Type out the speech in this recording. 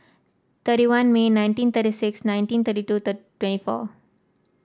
thirty one May nineteen thirty six nineteen thirty two twenty four